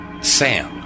Sam